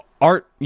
art